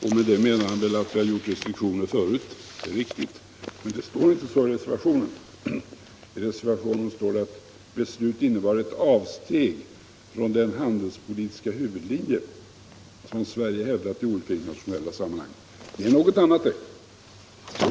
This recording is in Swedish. Därmed menar han väl att vi tidigare har infört restriktioner. Det är riktigt. Men det står inte så i reservationen. Där står att ”beslutet innebar ett avsteg från den handelspolitiska huvudlinje som Sverige hävdat i olika internationella sammanhang”. Det är något annat.